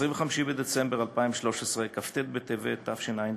25 בדצמבר 2013, כ"ט בטבת תשע"ד,